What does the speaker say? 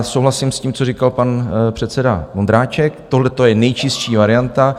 Souhlasím s tím, co říkal pan předseda Vondráček, tohleto je nejčistší varianta.